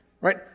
right